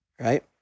right